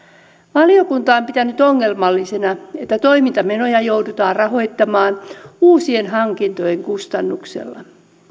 valiokunta on pitänyt ongelmallisena että toimintamenoja joudutaan rahoittamaan uusien hankintojen kustannuksella